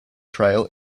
trail